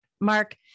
Mark